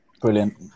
Brilliant